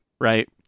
right